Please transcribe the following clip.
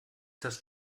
das